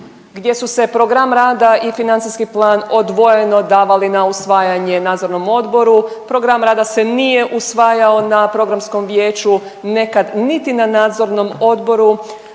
gdje su se program rada i financijski plan odvojeno davali na usvajanje nadzornom odboru, program rada se nije usvajao na programskom vijeću nekad niti na nadzornom odboru,